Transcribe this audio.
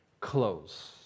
close